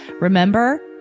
remember